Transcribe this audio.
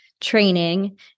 training